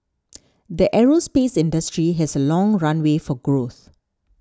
the aerospace industry has a long runway for growth